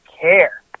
care